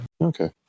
Okay